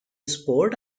sport